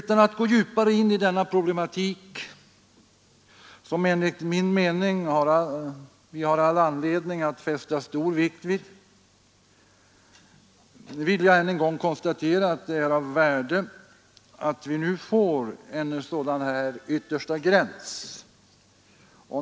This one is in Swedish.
Utan att gå djupare in i denna problematik, som vi enligt min mening har all anledning att fästa stor vikt vid, vill jag än en gång konstatera att det är av värde att vi nu får en yttersta gräns.